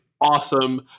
awesome